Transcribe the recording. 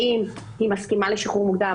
האם היא מסכימה לשחרור מוקדם,